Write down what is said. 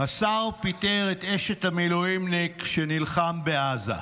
"השר פיטר את אשת המילואימניק שנלחם בעזה: